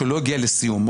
שלא הגיע לסיומו.